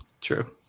true